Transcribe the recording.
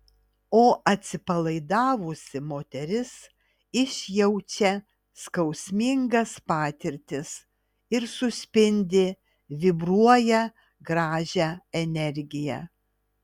o atsipalaidavusi moteris išjaučia skausmingas patirtis ir suspindi vibruoja gražią energiją